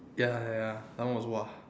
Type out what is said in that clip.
ya ya ya that one was !wah!